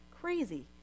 crazy